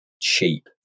cheap